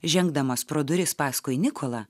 žengdamas pro duris paskui nikolą